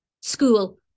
school